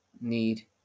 need